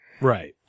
Right